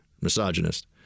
misogynist